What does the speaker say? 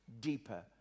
deeper